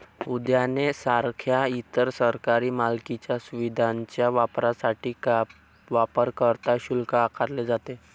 उद्याने सारख्या इतर सरकारी मालकीच्या सुविधांच्या वापरासाठी वापरकर्ता शुल्क आकारले जाते